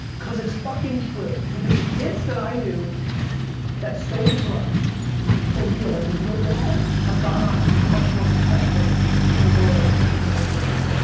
cause it's fuckin true because the kids that i knew that sold drugs for real and were real good at it, have gone on to be much more successful in the world than the ones that didn't.